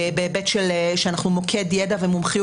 בהיבט שאנחנו מוקד ידע ומומחיות.